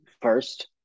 first